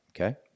Okay